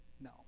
No